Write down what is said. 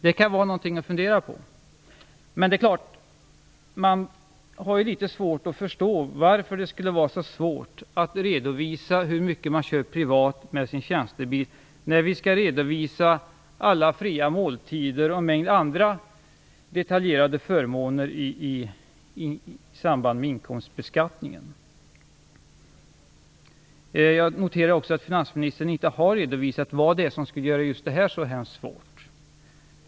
Det kan vara någonting att fundera på. Jag har litet svårt att förstå varför det skulle vara så svårt att redovisa hur mycket man kör privat med sin tjänstebil, när man skall redovisa alla fria måltider och en mängd andra detaljerade förmåner i samband med inkomstbeskattningen. Jag noterar också att finansministern inte har redovisat vad det är som skulle göra just detta så svårt.